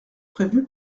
prévu